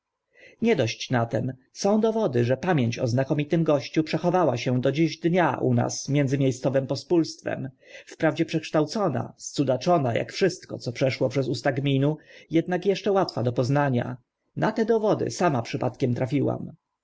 nie dość na tym są dowody że pamięć o znakomitym gościu przechowała się do dziś dnia u nas między mie scowym pospólstwem wprawdzie przekształcona scudaczona ak wszystko co przeszło przez usta gminu ednak eszcze łatwa do poznania na te dowody sama przypadkiem trafiłam